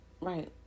Right